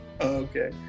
Okay